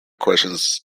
questions